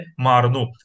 Marno